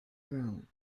room